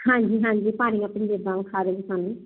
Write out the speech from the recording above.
ਹਾਂਜੀ ਹਾਂਜੀ ਭਾਰੀਆ ਪੰਜੇਬਾਂ ਵਿਖਾ ਦਿਓ ਸਾਨੂੰ